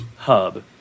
hub